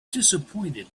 disappointed